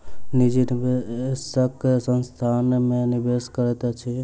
निजी निवेशक संस्थान में निवेश करैत अछि